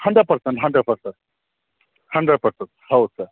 hundred percent hundred percent hundred percent ಹೌದು sir